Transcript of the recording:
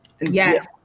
Yes